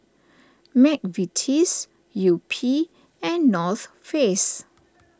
Mcvitie's Yupi and North Face